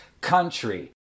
country